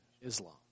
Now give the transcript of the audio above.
Islam